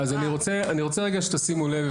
אז אני רוצה רגע שתשימו לב,